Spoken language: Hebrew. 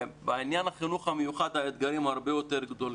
בעניין החינוך המיוחד האתגרים הרבה יותר גדולים.